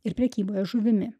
ir prekyboje žuvimi